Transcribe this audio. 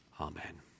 Amen